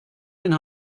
den